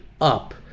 up